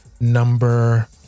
number